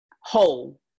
whole